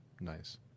nice